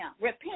repent